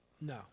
No